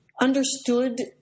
understood